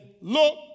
Look